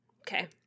Okay